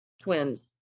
twins